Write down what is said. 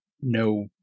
no